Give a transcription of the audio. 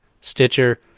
Stitcher